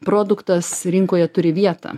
produktas rinkoje turi vietą